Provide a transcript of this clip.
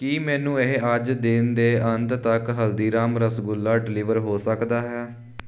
ਕੀ ਮੈਨੂੰ ਇਹ ਅੱਜ ਦਿਨ ਦੇ ਅੰਤ ਤੱਕ ਹਲਦੀਰਾਮ ਰਸਗੁੱਲਾ ਡਲੀਵਰ ਹੋ ਸਕਦਾ ਹੈ